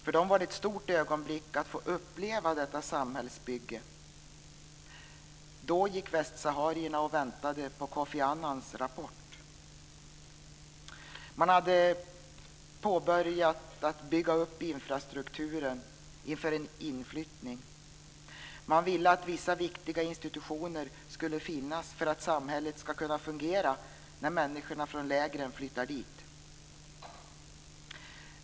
För dem var det ett stort ögonblick att få uppleva detta samhällsbygge. Då gick västsaharierna och väntade på Kofi Annans rapport. Man hade börjat bygga upp infrastrukturen inför en inflyttning. Man ville att vissa viktiga institutioner skulle finnas för att samhället skulle kunna fungera när människorna från lägren flyttade dit.